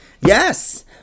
Yes